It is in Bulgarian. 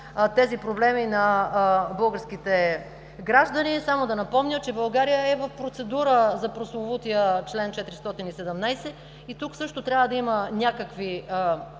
тези проблеми на българските граждани. Само да напомня, че България е в процедура за прословутия чл. 417. Тук също трябва да има някакви промени,